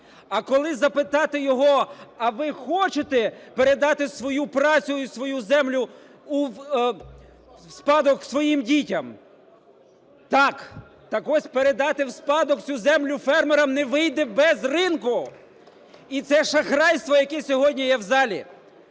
А коли запитати його, а ви хочете передати свою працю і свою землю у спадок своїм дітям – так. Так ось передати в спадок цю землю фермерам не вийде без ринку. І це шахрайство, яке сьогодні є в залі.